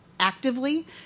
actively